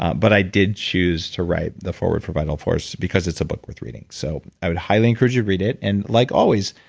um but i did choose to write the forward for vital force because it's a book worth reading. so i would highly encourage you to read it and like always,